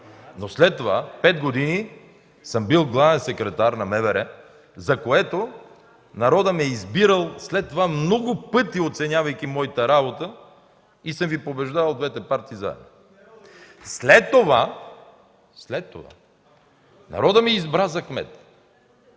След това пет години съм бил главен секретар на МВР, за което народът ме е избирал след това много пъти, оценявайки моята работа, и съм Ви побеждавал двете партии заедно. (Реплики от КБ.) След това народът ме избра за кмет